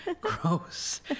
gross